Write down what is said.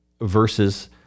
versus